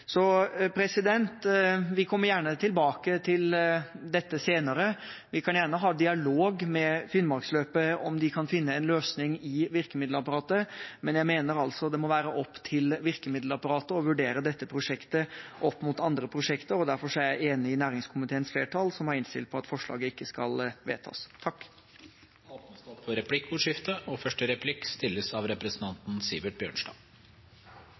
Vi kommer gjerne tilbake til dette senere, og vi kan gjerne ha dialog med Finnmarksløpet om de kan finne en løsning i virkemiddelapparatet, men jeg mener altså det må være opp til virkemiddelapparatet å vurdere dette prosjektet opp mot andre prosjekter. Derfor er jeg enig med næringskomiteens flertall, som har innstilt på at forslaget ikke skal vedtas. Det